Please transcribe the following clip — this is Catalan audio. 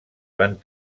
van